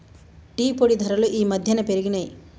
tea పొడి ధరలు ఈ మధ్యన పెరిగినయ్